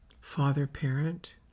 Father-parent